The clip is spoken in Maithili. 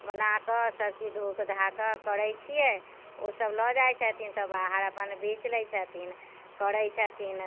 बनाकऽ सभचीज धोकऽ धाकऽ करै छियै ओ सभ लऽ जाइ छथिन तऽ बाहर अपन बीछ लै छथिन करै छथिन